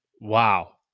Wow